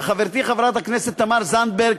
וחברתי חברת הכנסת תמר זנדברג,